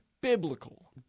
Biblical